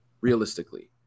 realistically